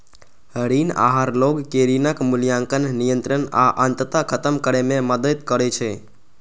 ऋण आहार लोग कें ऋणक मूल्यांकन, नियंत्रण आ अंततः खत्म करै मे मदति करै छै